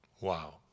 Wow